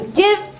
give